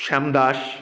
Shyam Das